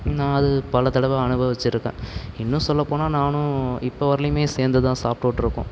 நான் அது பல தடவை அனுபவிச்சிருக்கேன் இன்னும் சொல்ல போனால் நான் இப்போ வரலேயுமே சேர்ந்துதான் சாப்பிட்டுட்டு இருக்கோம்